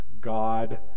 God